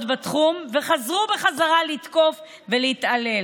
בתחום וחזרו בחזרה לתקוף ולהתעלל.